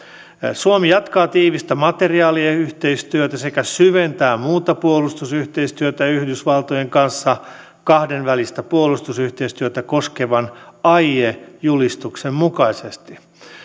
suomi jatkaa tiivistä materiaaliyhteistyötä sekä syventää muuta puolustusyhteistyötä yhdysvaltojen kanssa kahdenvälistä puolustusyhteistyötä koskevan aiejulistuksen mukaisesti